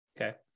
Okay